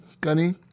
Gunny